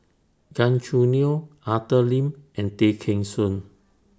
Gan Choo Neo Arthur Lim and Tay Kheng Soon